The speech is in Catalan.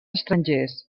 estrangers